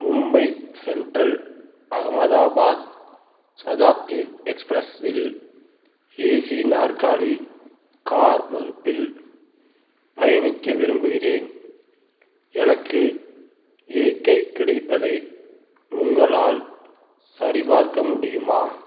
Mumbai central Ahmedabad Shatabdi express இல் AC நாற்காலி car வகுப்பில் பயணிக்க விரும்புகிறேன் எனக்கு இருக்கை கிடைப்பதை உங்களால் சரிபார்க்க முடியுமா